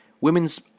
Women's